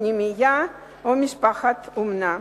פנימייה או משפחת אומנה.